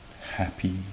happy